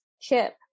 Chip